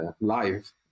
live